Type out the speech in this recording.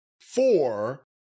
four